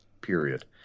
period